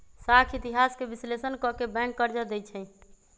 साख इतिहास के विश्लेषण क के बैंक कर्जा देँई छै